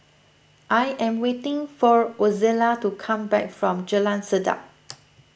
I am waiting for Ozella to come back from Jalan Sedap